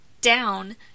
down